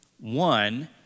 One